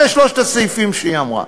אלה שלושת הסעיפים שהיא אמרה.